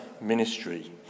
ministry